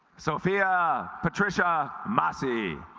sophia patricia massey